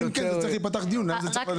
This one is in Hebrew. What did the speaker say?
אם כן, צריך להיפתח דיון לאן הכסף צריך ללכת.